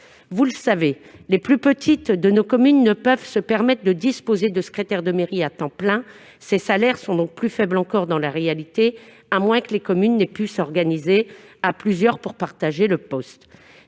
Vous le savez, les plus petites de nos communes ne peuvent se permettre de disposer d'un secrétaire de mairie à temps plein, de sorte que les salaires sont en réalité plus faibles encore, à moins que les communes aient pu s'organiser à plusieurs pour partager le poste.